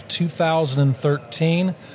2013